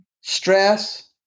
Stress